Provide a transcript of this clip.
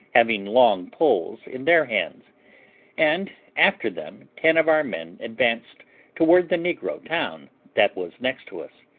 having long poles in their hands and after them ten of our men advanced toward the negro town that was next to us,